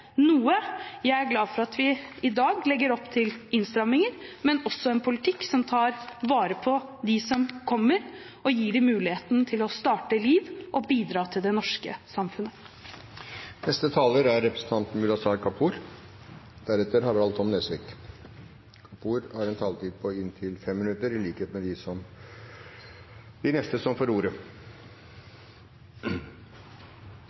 noe. Jeg er glad for at vi i dag legger opp til innstramminger, men også til en politikk som tar vare på dem som kommer, og gir dem muligheten til å starte et liv og bidra til det norske samfunnet. Krigen i Syria og konflikter i nærområdet har skapt en av vår tids største humanitære kriser. Globalt ser vi en